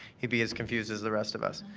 he'd be as confused as the rest of us.